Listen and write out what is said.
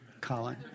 Colin